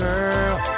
Girl